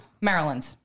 Maryland